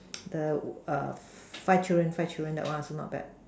the err five children five children that one also not bad